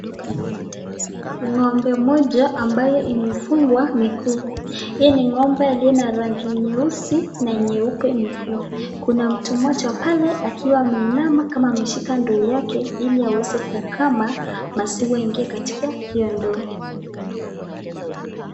Ng'ombe moja ambaye imefungwa miguu. Hii ni ng'ombe ambaye ina rangi nyeusi na nyeupe miguu. Kuna mtu mmoja pale akiwa ameinama akiwa ameshika ndoo yake ili aweze kukama maziwa iingie katika hiyo ndoo.